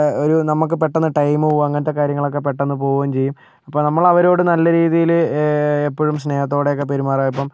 ഒരു നമ്മൾക്ക് പെട്ടെന്നു ടൈം പോവുക അങ്ങനത്തെ കാര്യങ്ങളൊക്ക പെട്ടെന്നു പോവുകയും ചെയ്യും അപ്പോൾ നമ്മളവരോട് നല്ല രീതിയിൽ എപ്പോഴും സ്നേഹത്തോടെയൊക്കെ പെരുമാറുക ഇപ്പം